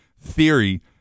theory